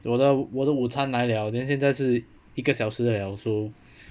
有的我的午餐来 liao then 现在是一个小时 liao